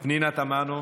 פנינה תמנו?